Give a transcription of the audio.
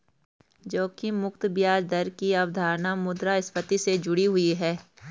जोखिम मुक्त ब्याज दर की अवधारणा मुद्रास्फति से जुड़ी हुई है